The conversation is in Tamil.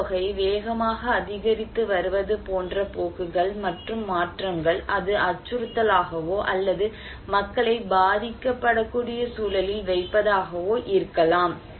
மக்கள்தொகை வேகமாக அதிகரித்து வருவது போன்ற போக்குகள் மற்றும் மாற்றங்கள் அது அச்சுறுத்தலாகவோ அல்லது மக்களை பாதிக்கப்படக்கூடிய சூழலில் வைப்பதாகவோ இருக்கலாம்